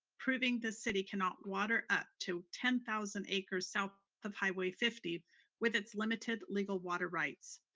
proving the city cannot water up to ten thousand acres south of highway fifty with its limited legal water rights.